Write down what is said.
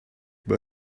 but